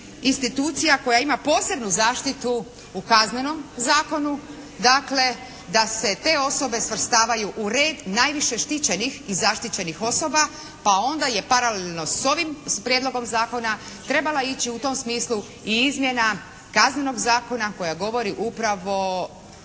institucija koja ima posebnu zaštitu u Kaznenom zakonu. Dakle, da se te osobe svrstavaju u red najviše štićenih i zaštićenih osoba pa onda je paralelno s ovim, s prijedlogom zakona trebala ići u tom smislu i izmjena Kaznenog zakona koja govori upravo